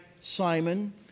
Simon